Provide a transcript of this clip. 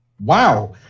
Wow